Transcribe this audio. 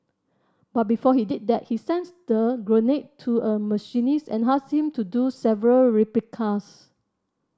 but before he did that he the grenade to a machinist and asked him to do several replicas